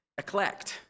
eclect